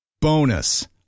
Bonus